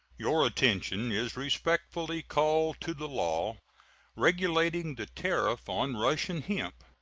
your attention is respectfully called to the law regulating the tariff on russian hemp,